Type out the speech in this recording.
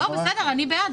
אני בעד.